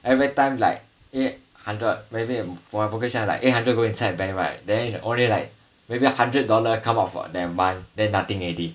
everytime like eight hundred maybe for my vocation eight hundred go inside bank right then only like maybe hundred dollar come out for that month then nothing already